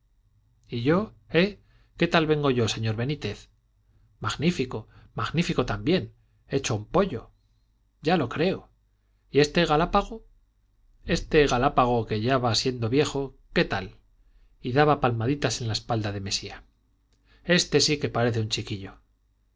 y yo eh qué tal vengo yo señor benítez magnífico magnífico también hecho un pollo ya lo creo y este galápago este galápago que ya va siendo viejo qué tal y daba palmaditas en la espalda de mesía este sí que parece un chiquillo